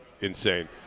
insane